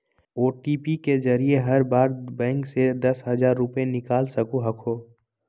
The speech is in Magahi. ओ.टी.पी के जरिए हर बार बैंक से दस हजार रुपए निकाल सको हखो